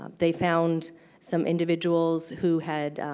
um they found some individuals who had